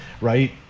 right